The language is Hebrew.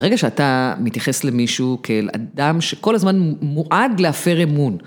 ברגע שאתה מתייחס למישהו כאל אדם שכל הזמן מועד להפר אמון.